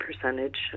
percentage